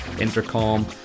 intercom